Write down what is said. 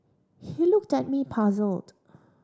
he looked at me puzzled